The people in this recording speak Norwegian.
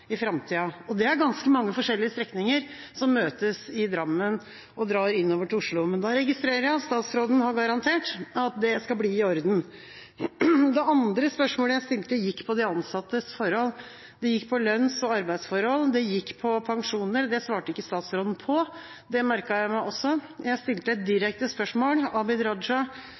i framtida. Det er ganske mange forskjellige strekninger som møtes i Drammen, og drar innover til Oslo. Da registrerer jeg at statsråden har garantert at det skal bli i orden. Det andre spørsmålet jeg stilte, gikk på de ansattes forhold, det gikk på lønns- og arbeidsforhold, det gikk på pensjoner. Det svarte ikke statsråden på, det merket jeg meg også – og jeg stilte et